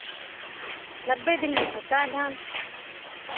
नब्बे दिन में होता है धान